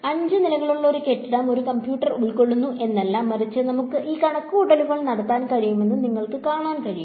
അഞ്ച് നിലകളുള്ള ഒരു കെട്ടിടം ഒരു കമ്പ്യൂട്ടർ ഉൾക്കൊള്ളുന്നു എന്നല്ല മറിച്ച് നമുക്ക് ഈ കണക്കുകൂട്ടൽ നടത്താൻ കഴിയുമെന്ന് നിങ്ങൾക്ക് കാണാൻ കഴിയും